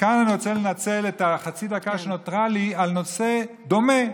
וכאן אני רוצה לנצל את חצי הדקה שנותרה לי לנושא דומה: